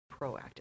proactive